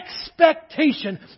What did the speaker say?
expectation